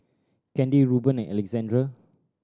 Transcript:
Kandy Ruben and Alexandre